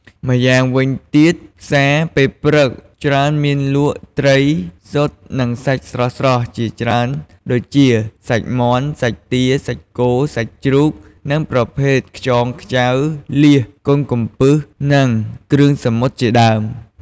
ម្យ៉ាងវិញទៀតផ្សារពេលព្រឹកច្រើនមានលក់ ត្រី ស៊ុត និងសាច់ស្រស់ៗជាច្រើនដូចជា សាច់មាន់ សាច់ទា សាច់គោ សាច់ជ្រូក និងប្រភេទ ខ្យងខ្ចៅ លៀស កូនកំពឹសនិងគ្រឿងសមុទ្រជាដើម។